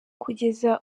kugeza